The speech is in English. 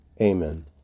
Amen